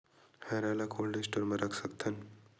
हरा ल cold store म रख सकथन?